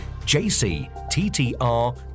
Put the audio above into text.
jcttr